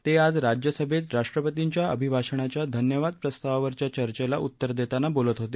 ते आज राज्यसभेत राष्ट्रपतींच्या अभिभाषणाच्या धन्यवाद प्रस्तावरच्या चर्चेला उत्तर देताना बोलत होते